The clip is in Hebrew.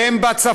או שהם בצפון,